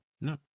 no